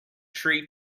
tree